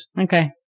Okay